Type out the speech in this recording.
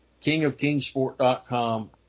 KingofKingsport.com